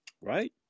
right